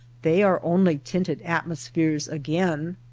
they are only tinted atmospheres again.